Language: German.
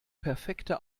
perfekte